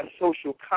social